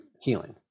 healing